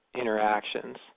interactions